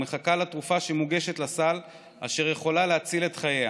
ומחכה לתרופה שמוגשת לסל אשר יכולה להציל את חייה.